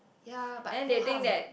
ya but no harm